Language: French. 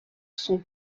sont